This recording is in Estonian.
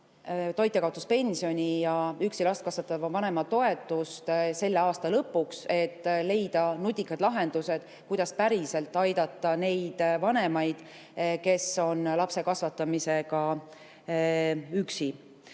toitjakaotuspensioni ja üksi last kasvatava vanema toetust selle aasta lõpuks, et leida nutikad lahendused, kuidas päriselt aidata neid vanemaid, kes on lapse kasvatamisega üksi. Nii